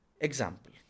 Example